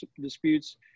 disputes